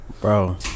bro